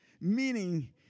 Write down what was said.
meaning